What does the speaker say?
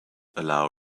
allow